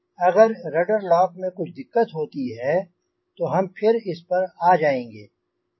अगर rudder lock में कुछ दिक्कत होती है तो हम फिर इस पर आ जायेंगे